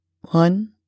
One